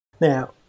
Now